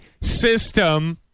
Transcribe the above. system